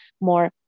more